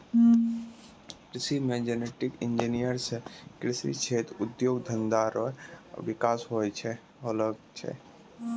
कृषि मे genetic engineer से कृषि क्षेत्र उद्योग धंधा रो विकास होलो छै